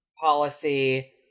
policy